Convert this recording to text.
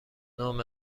نام